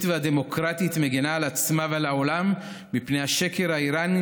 והדמוקרטית מגינה על עצמה ועל העולם מפני השקר האיראני,